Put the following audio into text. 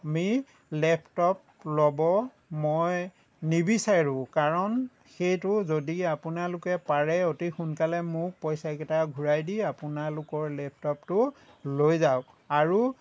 আমি লেপটপ ল'ব মই নিবিচাৰোঁ কাৰণ সেইটো যদি আপোনালোকে পাৰে অতি সোনকালে মোৰ পইচাকেইটা ঘূৰাই দি আপোনালোকৰ লেপটপটো লৈ যাওক আৰু